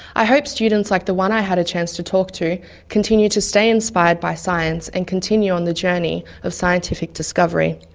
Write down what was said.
i hope students like the one i had a chance to talk to continue to stay inspired by science and continue on the journey of scientific discovery.